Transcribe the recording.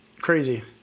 crazy